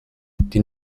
die